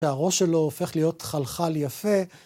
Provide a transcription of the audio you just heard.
שהראש שלו הופך להיות כחלחל יפה.